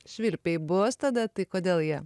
švilpiai bus tada tai kodėl jie